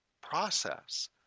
process